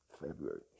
february